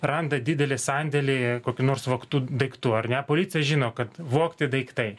randa didelį sandėlį kokių nors vogtų daiktų ar ne policija žino kad vogti daiktai